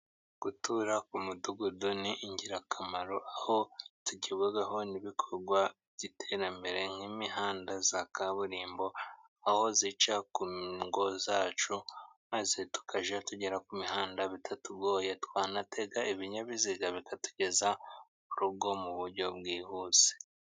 Gutura ku mudugudu ni ingirakamaro aho tugerwaho n'ibikorwa by'iterambere nk'imihanda ya kaburimbo aho zica ku ngo zacu, maze tukajya tugera ku mihanda bitatugoye, twanatega ibinyabiziga bikatugeza mu rugo mu buryo bwihuse.